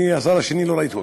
השר השני, אני לא ראיתי אותו.